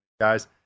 Guys